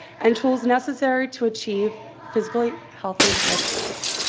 and tools necessary to achieve physically healthy lifestyles.